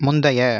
முந்தைய